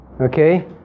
Okay